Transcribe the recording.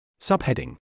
Subheading